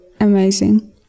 amazing